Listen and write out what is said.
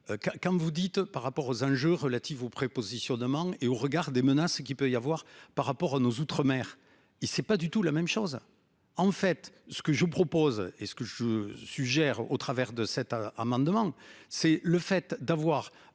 comme vous dites par rapport aux enjeux relatifs au prépositionnement. Et au regard des menaces ce qu'il peut y avoir par rapport à nos outre-mer il sait pas du tout la même chose en fait, ce que je propose et ce que je suggère au travers de cet amendement. C'est le fait d'avoir